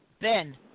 Ben